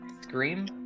Scream